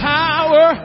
power